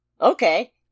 Okay